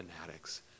fanatics